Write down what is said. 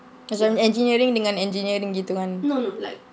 as from engineering dengan engineering gitu kan